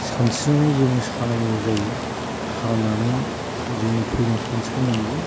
सानस्रिनानै जोङो सानांगौ जायो सानानै जोङो फैनायाव सानस्रि बोनांगौ